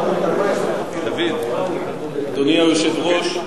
אדוני היושב-ראש,